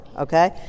okay